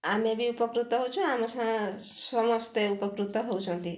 ଆମେ ବି ଉପକୃତ ହଉଛୁ ଆମ ସମସ୍ତେ ଉପକୃତ ହଉଛନ୍ତି